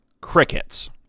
crickets